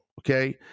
Okay